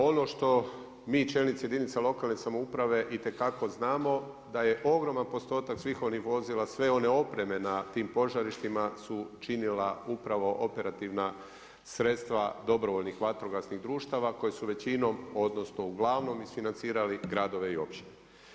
Ono što mi čelnici jedinica lokalne samouprave itekako znamo da je ogroman postotak svih onih vozila, sve one opreme na tim požarištima su činila upravo operativna sredstva dobrovoljnih vatrogasnih društava koja su većinom odnosno uglavnom isfinancirali gradove i općine.